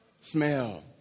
Smell